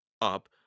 up